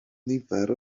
nifer